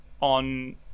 on